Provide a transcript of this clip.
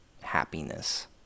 happiness